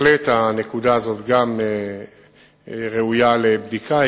גם הנקודה הזאת בהחלט ראויה לבדיקה.